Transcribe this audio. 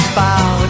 bow